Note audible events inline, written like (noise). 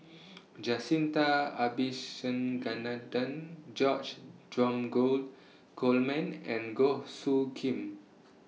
(noise) Jacintha Abisheganaden George Dromgold Coleman and Goh Soo Khim